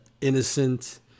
innocent